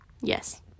yes